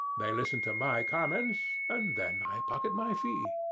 they listen to my comments, and then i pocket my fee.